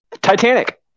Titanic